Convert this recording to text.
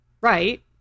right